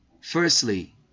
firstly